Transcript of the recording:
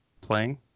playing